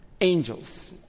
angels